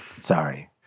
Sorry